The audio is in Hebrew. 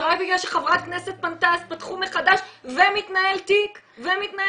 רק בגלל שחברת כנסת פנתה אז פתחו מחדש ומתנהל תיק ומשפט.